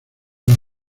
más